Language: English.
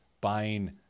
buying